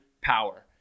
power